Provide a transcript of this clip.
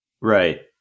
Right